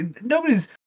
nobody's